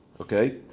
Okay